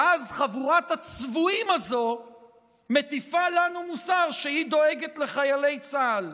ואז חבורת הצבועים הזו מטיפה לנו מוסר שהיא דואגת לחיילי צה"ל.